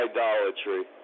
Idolatry